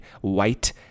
White